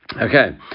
okay